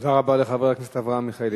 תודה רבה לחבר הכנסת אברהם מיכאלי.